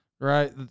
right